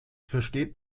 versteht